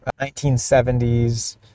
1970s